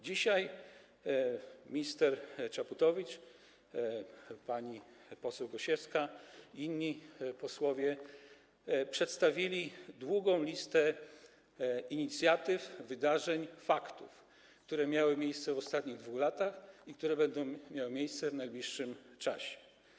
Dzisiaj minister Czaputowicz, pani poseł Gosiewska i inni posłowie przedstawili długą listę inicjatyw, wydarzeń, faktów, które miały miejsce w ostatnich 2 latach i które będą miały miejsce w najbliższym czasie.